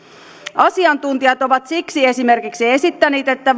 asiantuntijat ovat siksi esimerkiksi esittäneet että